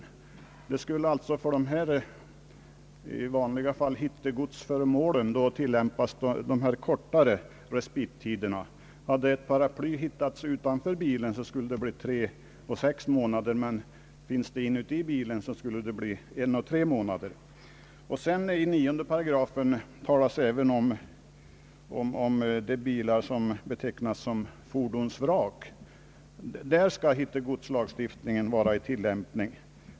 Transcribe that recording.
Även när det gäller dessa hittegodsföremål skulle då enligt reservanternas förslag tillämpas de kortare respittiderna. Om ett paraply hittas utanför bilen skulle tiderna tre och sex månader gälla, men hittas det inte i bilen skulle tiderna en och tre månader tillämpas. I 9 8 talas också om bilar som betecknas som fordonsvrak. Beträffande dem skall hittegodslagen vara tillämplig.